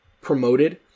promoted